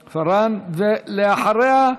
ואחריה,